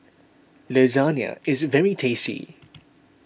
Lasagna is very tasty